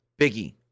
Biggie